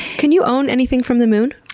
can you own anything from the moon?